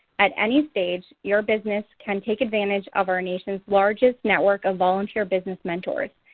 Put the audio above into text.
at any stage, your business can take advantage of our nation's largest network of volunteer business mentors.